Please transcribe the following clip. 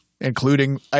including